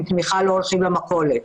עם תמיכה לא הולכים למכולת.